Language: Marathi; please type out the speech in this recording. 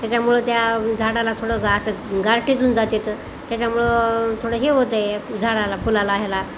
त्याच्यामुळं त्या झाडाला थोडं असं गारठेजून जाते तर त्याच्यामुळं थोडं हे होत आहे झाडाला फुलाला ह्याला